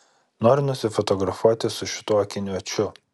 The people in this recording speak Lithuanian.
noriu nusifotografuoti su šituo akiniuočiu